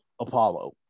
Apollo